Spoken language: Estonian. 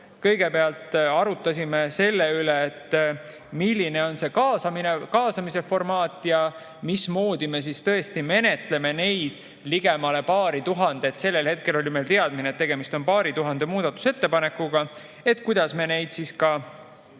Kõigepealt arutasime selle üle, milline on see kaasamise formaat, mismoodi me menetleme neid ligemale paari tuhandet [ettepanekut]. Sellel hetkel oli meil teadmine, et tegemist on paari tuhande muudatusettepanekuga, ja kuidas me neid siis